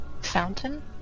fountain